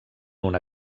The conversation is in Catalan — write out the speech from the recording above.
una